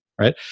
right